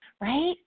right